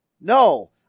No